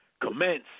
commence